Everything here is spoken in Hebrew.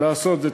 לעשות את זה.